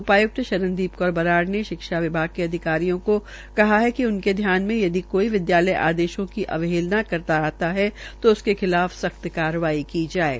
उपायुक्त शरणदीप कौर बराड़ ने शिक्षा विभाग के अधिकारियों को कहा है कि उनके ध्यान में यदि कोई विद्यालय आदेशें की अवहेलना करता आता है तो उसके खिलाफ सख्त कारवाई की जाये